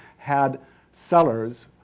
had cellars,